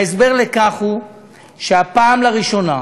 וההסבר לכך הוא שהפעם, לראשונה,